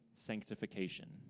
sanctification